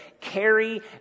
carry